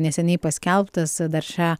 neseniai paskelbtas dar šią